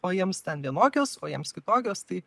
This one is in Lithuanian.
o jiems ten vienokios o jiems kitokios tai